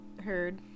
heard